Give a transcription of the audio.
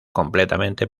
completamente